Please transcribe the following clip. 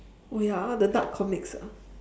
oh ya the dark comics ah